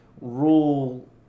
rule